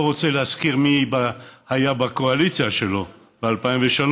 רוצה להזכיר מי היה בקואליציה שלו ב-2003,